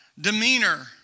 demeanor